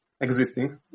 existing